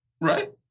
right